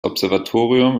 observatorium